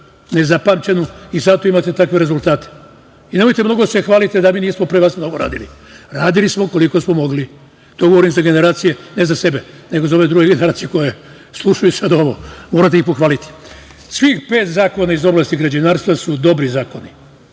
nezapamćenu, i zato imate takve rezultate. I nemojte mnogo da se hvalite da mi nismo pre vas mnogo radili, radili smo koliko smo mogli. To govorim ne za sebe, nego za ove druge generacije koje slušaju sada ovo. Morate ih pohvaliti. Svih pet zakona iz oblasti građevinarstva su dobri zakoni.